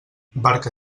barca